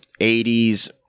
80s